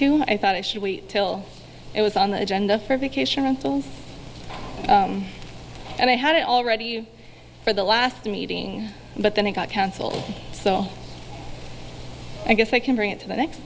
d i thought it should wait till it was on the agenda for vacation and i had it all ready for the last meeting but then it got cancelled so i guess i can bring it to the next